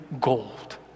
gold